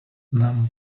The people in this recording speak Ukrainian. нам